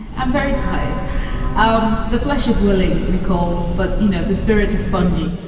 i'm very tired um the flesh is willing, nicole. but you know, the spirit to spongy.